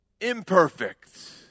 imperfect